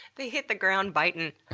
they hit the ground bitin'. ah